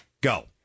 go